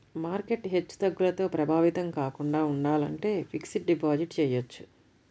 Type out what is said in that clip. market హెచ్చుతగ్గులతో ప్రభావితం కాకుండా ఉండాలంటే ఫిక్స్డ్ డిపాజిట్ చెయ్యొచ్చు